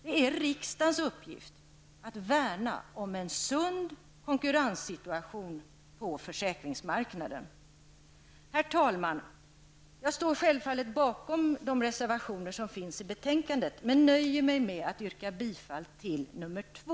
Det är riksdagens uppgift att värna om en sund konkurrenssituation på försäkringsmarknaden. Herr talman! Jag står självfallet bakom de reservationer som finns i betänkandet, men nöjer mig med att yrka bifall till nr 2.